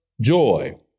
joy